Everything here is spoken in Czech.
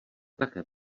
také